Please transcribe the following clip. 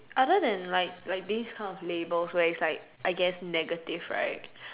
other than like like this kind of labels where it's like I guess negative right